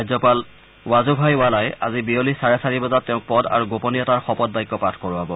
ৰাজ্যপাল ৱাজুভাই ৱালাই আজি বিয়লি চাৰে চাৰি বজাত তেওঁক পদ আৰু গোপনীয়তাৰ শপত বাক্য পাঠ কৰোৱাব